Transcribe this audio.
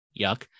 Yuck